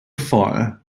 fire